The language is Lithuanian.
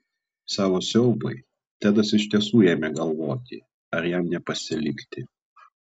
savo siaubui tedas iš tiesų ėmė galvoti ar jam nepasilikti